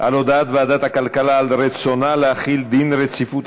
על הודעת ועדת הכלכלה על רצונה להחיל דין רציפות